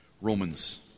Romans